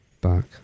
Back